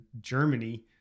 Germany